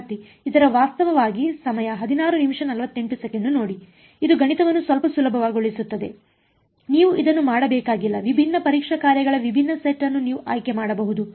ವಿದ್ಯಾರ್ಥಿ ಇದರ ವಾಸ್ತವವಾಗಿ ಇದು ಗಣಿತವನ್ನು ಸ್ವಲ್ಪ ಸುಲಭಗೊಳಿಸುತ್ತದೆ ನೀವು ಇದನ್ನು ಮಾಡಬೇಕಾಗಿಲ್ಲ ವಿಭಿನ್ನ ಪರೀಕ್ಷಾ ಕಾರ್ಯಗಳ ವಿಭಿನ್ನ ಸೆಟ್ ಅನ್ನು ನೀವು ಆಯ್ಕೆ ಮಾಡಬಹುದು